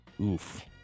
Oof